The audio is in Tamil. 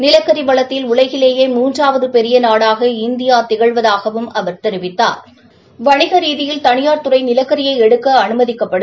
நிலக்கி வளத்தில் உலகிலேயே முன்றாவது பெரிய நாடாக இந்தியா திகழ்வதாகவும் வணிக ரீதியில் தனியாா் துறை நிலக்கரியை எடுக்க அனுமதிக்கப்படும்